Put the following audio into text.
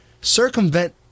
circumvent